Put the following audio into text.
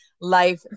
life